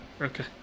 Okay